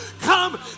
come